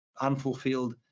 unfulfilled